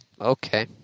Okay